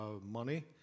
money